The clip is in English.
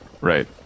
Right